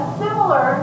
similar